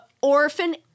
Orphan